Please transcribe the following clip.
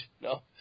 No